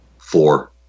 four